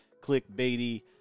clickbaity